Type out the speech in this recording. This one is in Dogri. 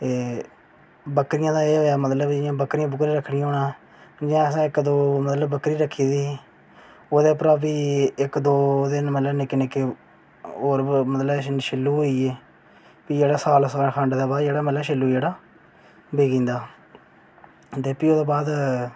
बकरियें दा एह् होइया मतलब जि'यां बक्करियां रक्खनियां होन मतलब जियां असें इक्क दौ मतलब बक्करी रक्खी दी ही ओह्दे परा बी इक्क दौ मतलब निक्के निक्के होर मतलब शिल्लु होइये फ्ही साल खंड दे बाद शिल्लु जेह्ड़ा बिकी जंदा ते प्ही ओह्दे बाद